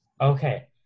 Okay